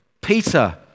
Peter